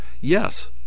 Yes